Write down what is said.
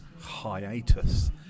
hiatus